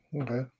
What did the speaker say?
Okay